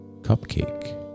cupcake